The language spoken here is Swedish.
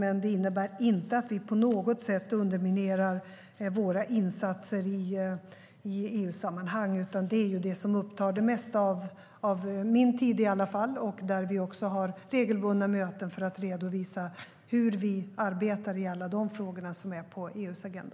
Men det innebär inte att vi på något sätt underminerar våra insatser i EU-sammanhang, utan det upptar det mesta av min tid i alla fall, och där har vi regelbundna möten för att redovisa hur vi arbetar i alla frågor på EU:s agenda.